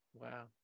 Wow